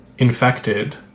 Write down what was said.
infected